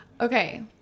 Okay